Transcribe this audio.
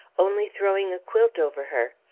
only throwing a quilt over her.